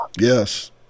Yes